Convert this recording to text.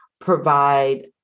provide